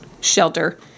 shelter